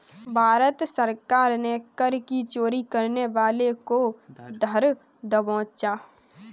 भारत सरकार ने कर की चोरी करने वालों को धर दबोचा